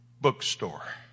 bookstore